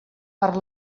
per